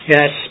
Yes